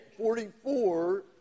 44